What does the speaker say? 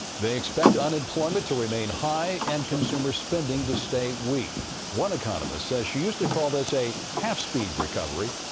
they expect unemployment to remain high and consumer spending to stay weak. one economist says she used to call this a half-speed recovery.